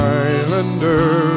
islander